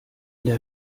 der